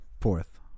Fourth